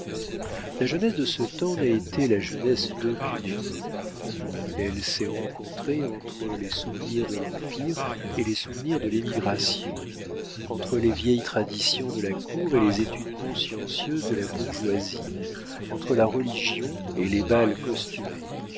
la jeunesse de ce temps n'a été la jeunesse d'aucune époque elle s'est rencontrée entre les souvenirs de l'empire et les souvenirs de l'émigration entre les vieilles traditions de la cour et les études consciencieuses de la bourgeoisie entre la religion et les bals costumés